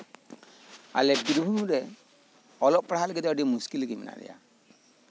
ᱟᱞᱮ ᱵᱤᱨᱵᱷᱩᱢ ᱨᱮ ᱚᱞᱚᱜ ᱯᱟᱲᱦᱟᱜ ᱞᱟᱹᱜᱤᱫ ᱫᱚ ᱟᱹᱰᱤ ᱢᱩᱥᱠᱤᱞ ᱨᱮ ᱢᱮᱱᱟᱜ ᱞᱮᱭᱟ